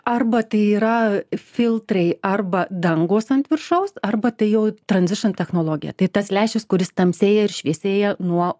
arba tai yra filtrai arba dangos ant viršaus arba tai jau transition technologija tai tas lęšis kuris tamsėja ir šviesėja nuo